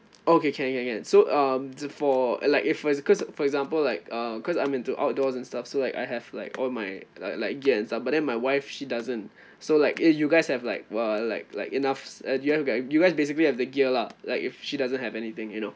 okay can can can so um for like if because for example like uh cause I'm into outdoors and stuff so like I have like all my like like gears and stuff but then my wife she doesn't so like if you guys have like well like like enough you g~ you guys basically have the gear lah like if she doesn't have anything you know